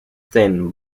thin